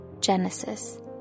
Genesis